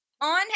On